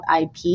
IP